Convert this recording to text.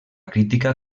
crítica